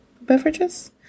Beverages